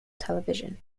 television